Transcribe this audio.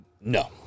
No